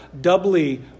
doubly